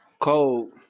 cold